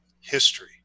history